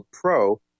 Pro